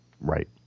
Right